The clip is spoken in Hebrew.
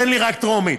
תן לי רק טרומית.